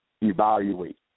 evaluate